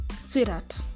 Sweetheart